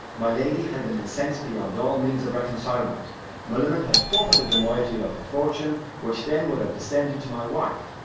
my lady had been incensed beyond all means of reconcilement millamant had forfeited the moiety of her fortune, which then would have descended to my wife.